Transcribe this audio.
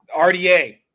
RDA